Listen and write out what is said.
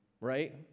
right